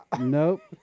Nope